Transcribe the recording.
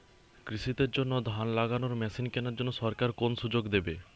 কৃষি দের জন্য ধান লাগানোর মেশিন কেনার জন্য সরকার কোন সুযোগ দেবে?